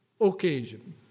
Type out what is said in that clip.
occasion